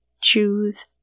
Choose